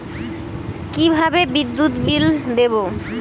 কিভাবে বিদ্যুৎ বিল দেবো?